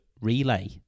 relay